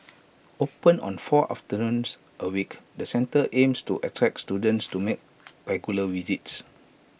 open on four afternoons A week the centre aims to attract students to make regular visits